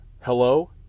hello